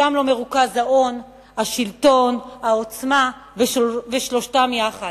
שם לא מרוכז ההון, השלטון, העוצמה, ושלושתם יחד.